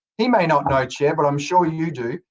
he may not know, chair, but i'm sure you do,